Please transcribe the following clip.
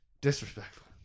Disrespectful